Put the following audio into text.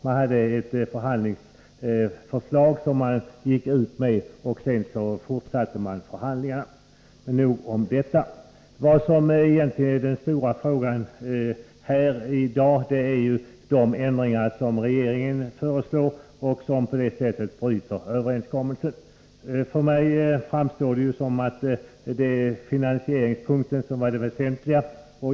Man gick ut med ett förhandlingsförslag, och sedan fortsatte förhandlingarna. Nog om detta. Den stora frågan i dag är ju de ändringar som föreslås av regeringen och som bryter överenskommelsen. För mig verkar det som om finansieringsfrågan skulle vara det väsentliga.